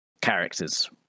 characters